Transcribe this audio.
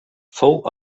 fou